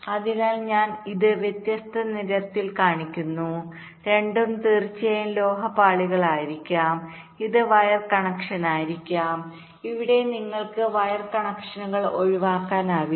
അതിനാൽ ഞാൻ ഇത് വ്യത്യസ്ത നിറത്തിൽ കാണിക്കുന്നു രണ്ടും തീർച്ചയായും ലോഹ പാളികളായിരിക്കും ഇത് വയർ കണക്ഷനായിരിക്കും ഇവിടെ നിങ്ങൾക്ക് വയർ കണക്ഷനുകൾ ഒഴിവാക്കാനാവില്ല